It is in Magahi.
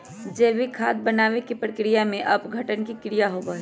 जैविक खाद बनावे के प्रक्रिया में अपघटन के क्रिया होबा हई